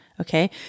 okay